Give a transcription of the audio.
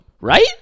Right